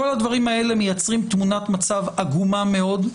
כל הדברים האלה מייצרים תמונת מצב עגומה מאוד,